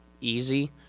easy